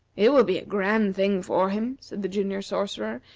it will be a grand thing for him, said the junior sorcerer,